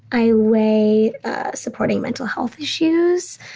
i weigh supporting mental health issues,